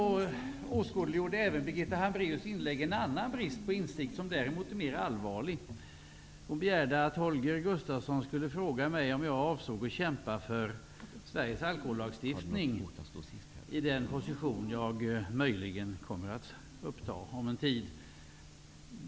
Birgitta Hambraeus inlägg åskådliggjorde även en annan brist på insikt som däremot är mer allvarlig. Hon begärde att Holger Gustafsson skulle fråga mig om jag avsåg att kämpa för Sveriges alkohollagstiftning i den position jag möjligen kommer att uppta om en tid.